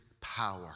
Power